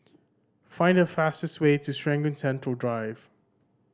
find the fastest way to Serangoon Central Drive